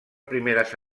primeres